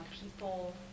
people